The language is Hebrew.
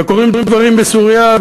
וקורים דברים בסוריה,